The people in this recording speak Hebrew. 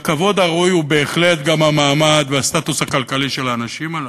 והכבוד הראוי הוא בהחלט גם המעמד והסטטוס הכלכלי של האנשים הללו,